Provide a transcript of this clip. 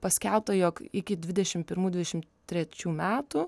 paskelbta jog iki dvidešim pirmų dvidešim trečių metų